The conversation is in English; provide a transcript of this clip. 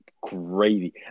crazy